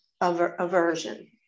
aversion